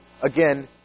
again